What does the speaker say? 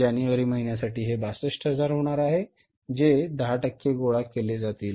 जानेवारी महिन्यासाठी हे 62000 होणार आहे जे 10 टक्के गोळा केले जातील